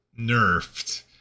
nerfed